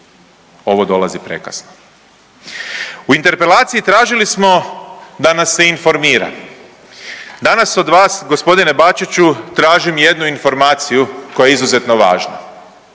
ovo dolazi prekasno. U interpelaciji tražili smo da nas se informira, danas od vas g. Bačiću tražim jednu informaciju koja je izuzetno važna.